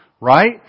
right